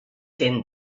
din